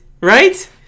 Right